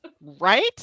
Right